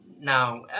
now